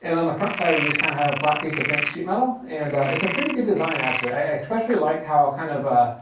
and on the front side, we just kinda have a flat piece of bent sheet metal and it's a pretty good design, actually. i especially like how kind of ah